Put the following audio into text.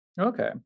Okay